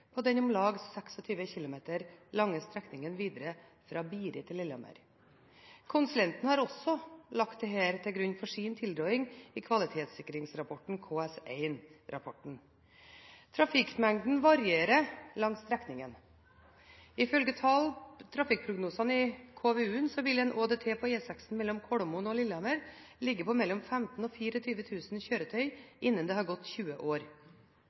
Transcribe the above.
på den om lag 26 km lange strekningen videre fra Biri til Lillehammer. Konsulenten har også lagt dette til grunn for sin tilråding i kvalitetssikringsrapporten, KS1-rapporten. Trafikkmengden varierer langs strekningen. Ifølge trafikkprognosen i KVU vil en ÅDT på E6 mellom Kolomoen og Lillehammer ligge på mellom 15 000 og 24 000 kjøretøy innen det har gått 20 år.